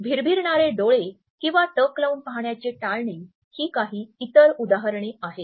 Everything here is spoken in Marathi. भिरभिरणारे डोळे किंवा टक लावून पाहण्याचे टाळणे ही काही इतर उदाहरणे आहेत